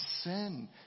sin